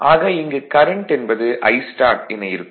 ஆக இங்கு கரண்ட் என்பது Istart என இருக்கும்